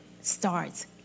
starts